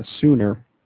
sooner